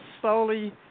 slowly